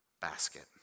basket